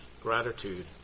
gratitude